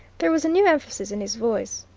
there was a new emphasis in his voice.